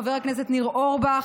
חבר הכנסת ניר אורבך